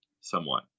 somewhat